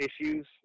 issues